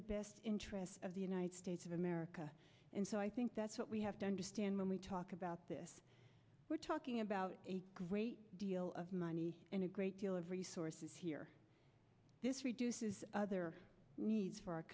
the best interest of the united states of america and so i think that's what we have to understand when we talk about this we're talking about a great deal of money and a great deal of resources here this reduces other needs for our